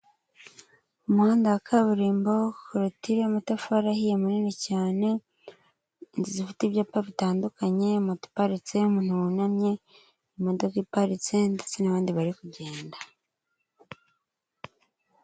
Umuhanda wa kaburimbo, korotire y'amatafari ahiye manini cyane, inzu zifite ibyapa bitandukanye, moto iparitse, umuntu wunamye, imodoka iparitse ndetse n'abandi bari kugenda.